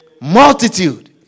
multitude